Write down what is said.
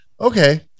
Okay